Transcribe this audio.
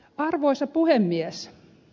arvoisa puhemies